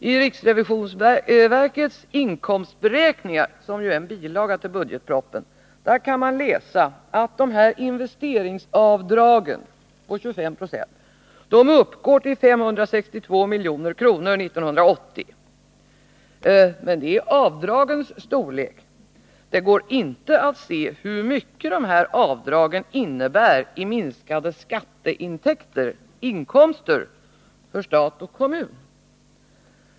I riksrevisionsverkets inkomstberäkningar, som ju ingår som bilaga till budgetpropositionen, kan man se att de här investeringsavdragen på 25 20 uppgått till 562 milj.kr. år 1980. Men det är avdragens storlek. Det går inte att se hur mycket de här avdragen innebär i minskade skatteinkomster för stat och kommun.